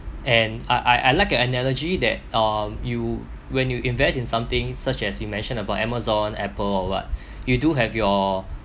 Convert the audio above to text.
and I I I like your analogy that uh you when you invest in something such as you mention about amazon apple or what you do have your